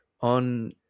on